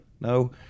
No